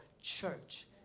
church